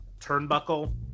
turnbuckle